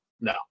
no